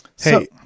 Hey